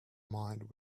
mind